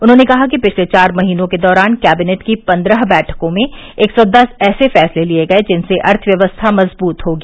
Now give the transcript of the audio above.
उन्होंने कहा कि पिछले चार महीनों के दौरान कैबिनेट की पन्द्रह बैठकों में एक सौ दस ऐसे फैसले लिये गए जिनसे अर्थव्यवस्था मजबूत होगी